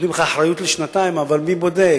אחריות לשנתיים, אבל מי בודק.